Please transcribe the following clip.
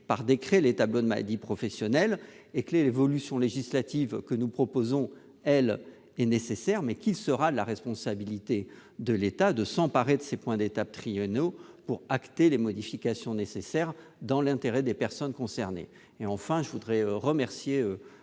par décret les tableaux de maladies professionnelles. L'évolution législative que nous proposons nous semble nécessaire, mais l'État aura la responsabilité de s'emparer de ces points d'étape triennaux pour acter les modifications nécessaires, dans l'intérêt des personnes concernées. Je voudrais enfin remercier